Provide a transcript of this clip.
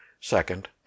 second